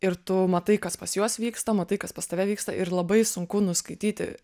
ir tu matai kas pas juos vyksta matai kas pas tave vyksta ir labai sunku nuskaityti